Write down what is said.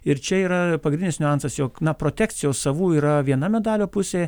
ir čia yra pagrindinis niuansas jog na protekcijos savų yra viena medalio pusė